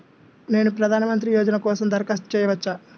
నేను ప్రధాన మంత్రి యోజన కోసం దరఖాస్తు చేయవచ్చా?